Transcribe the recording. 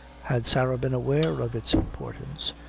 had sarah been aware of its importance,